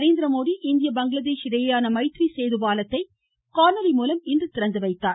நரேந்திரமோதி இந்திய பங்களாதேஷ் இடையேயான மைத்ரி சேது பாலத்தை காணொலி மூலம் இன்று திறந்து வைத்தார்